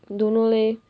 don't know leh